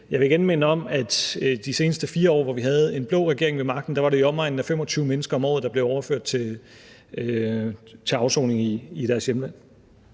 Jeg vil igen minde om, at der de seneste 4 år, hvor vi havde en blå regering ved magten, var i omegnen af 25 mennesker om året, der blev overført til afsoning i deres hjemland.